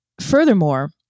furthermore